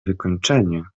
wykończenie